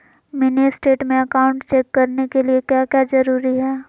Mini statement account check करने के लिए क्या क्या जरूरी है?